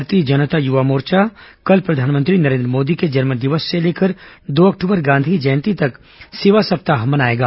भारतीय जनता युवा मोर्चा कल प्रधानमंत्री नरेन्द्र मोदी के जन्म दिवस से लेकर दो अक्टूबर गांधी जयंती तक सेवा सप्ताह मनाएगा